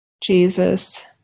Jesus